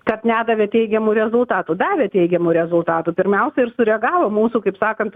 kad nedavė teigiamų rezultatų davė teigiamų rezultatų pirmiausia ir sureagavo mūsų kaip sakant